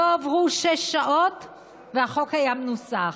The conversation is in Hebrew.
לא עברו שש שעות והחוק היה מנוסח,